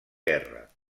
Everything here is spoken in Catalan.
guerra